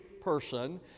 person